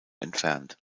entfernt